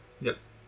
Yes